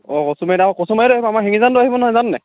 অ কচুমাৰীত আৰু কচুমাৰীত আহিব আমাৰ শিঙিজানতো আহিব নহয় জাননে